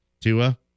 Tua